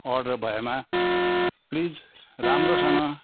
order भएमा please राम्रोसँग